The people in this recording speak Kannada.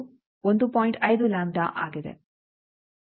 5 ಲ್ಯಾಂಬ್ಡಆಗಿದೆ